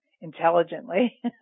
intelligently